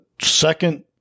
second